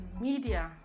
media